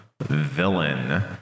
villain